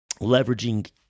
leveraging